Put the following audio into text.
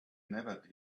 never